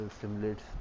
simulates